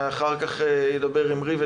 ואחר כך ידבר אימרי ביטון,